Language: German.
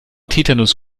tetanus